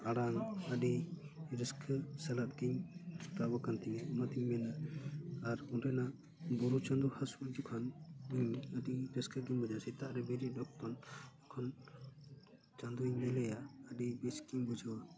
ᱟᱲᱟᱝ ᱟᱹᱰᱤ ᱨᱟᱹᱥᱠᱟᱹ ᱥᱟᱞᱟᱜ ᱛᱤᱧ ᱛᱟᱵ ᱟᱠᱟᱱ ᱛᱤᱧᱟᱹ ᱚᱱᱟᱛᱮᱧ ᱢᱮᱱᱟ ᱟᱨ ᱚᱸᱰᱮᱱᱟᱜ ᱵᱩᱨᱩ ᱪᱟᱫᱳ ᱦᱟᱹᱥᱩᱨ ᱡᱚᱠᱷᱟᱱ ᱵᱩᱨᱩ ᱟᱹᱰᱤ ᱨᱟᱹᱥᱠᱟᱹᱜᱮᱧ ᱵᱩᱡᱟ ᱥᱮᱛᱟᱜ ᱨᱮ ᱵᱮᱨᱮᱫ ᱚᱠᱛᱚ ᱠᱷᱚᱱ ᱪᱟᱸᱫᱳᱧ ᱧᱮᱞᱮᱭᱟ ᱟᱹᱰᱤ ᱨᱟᱹᱥᱠᱟᱹᱧ ᱵᱩᱡᱷᱟᱹᱣᱟ